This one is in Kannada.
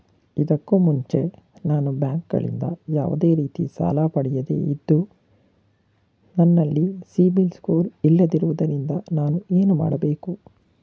ಇದಕ್ಕೂ ಮುಂಚೆ ನಾನು ಬ್ಯಾಂಕ್ ಗಳಿಂದ ಯಾವುದೇ ರೀತಿ ಸಾಲ ಪಡೆಯದೇ ಇದ್ದು, ನನಲ್ಲಿ ಸಿಬಿಲ್ ಸ್ಕೋರ್ ಇಲ್ಲದಿರುವುದರಿಂದ ನಾನು ಏನು ಮಾಡಬೇಕು?